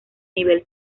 nivel